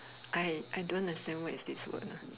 I I don't understand what is this word uh